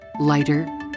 Lighter